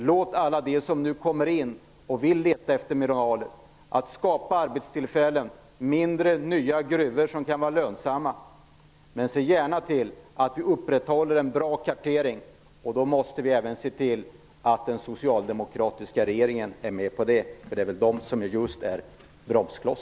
Låt alla de som nu kommer in och vill leta efter mineraler skapa arbetstillfällen. Det får vara mindre av nya gruvor som kan vara lönsamma. Men se gärna till att vi upprätthåller en bra kartering. Då måste vi även se till att den socialdemokratiska regeringen är med på detta, för det är väl den som är just en bromskloss.